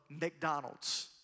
McDonald's